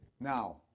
Now